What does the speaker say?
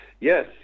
Yes